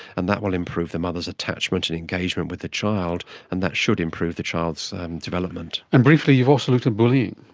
and that will improve the mother's attachment and engagement with the child and that should improve the child's development. and briefly, you've also looked at bullying?